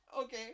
okay